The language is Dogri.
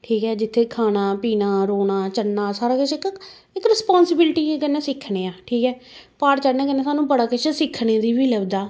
ठीक ऐ जित्थें खाना पीना रौह्ना चढ़ना सारा किश इक इक रिस्पांसिविलटी कन्नै सिक्खने आं ठीक ऐ प्हाड़ चढ़ने कन्नै सानूं बड़ा किश सिक्खने गी बी लभदा